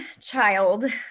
child